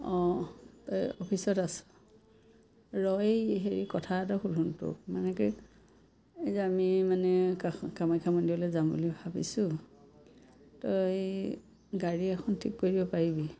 অঁ এই অফিচত আছ ৰ এই হেৰি কথা এটা সুধোঁ তোক মানে কি এই যে আমি মানে কাষ কামাখ্যা মন্দিৰলৈ যাম বুলি ভাবিছোঁ এই গাড়ী এখন ঠিক কৰি দিব পাৰিবি